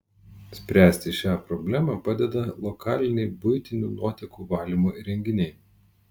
spręsti šią problemą padeda lokaliniai buitinių nuotekų valymo įrenginiai